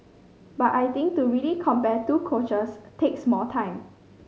but I think to really compare two coaches takes more time